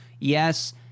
yes